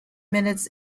minutes